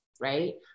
right